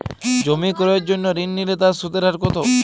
জমি ক্রয়ের জন্য ঋণ নিলে তার সুদের হার কতো?